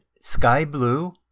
sky-blue